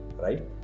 right